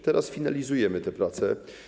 Teraz finalizujemy te prace.